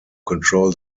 control